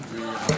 תודה.